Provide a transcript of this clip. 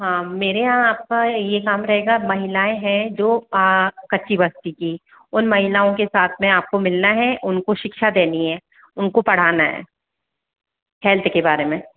हाँ मेरे यहाँ आपका ये काम रहेगा महिलाएँ हैं जो कच्ची बस्ती की उन महिलाओं के साथ में आपको मिलना है उनको शिक्षा देनी है उनको पढ़ाना है हेल्थ के बारे में